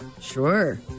sure